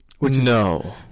No